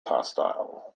hostile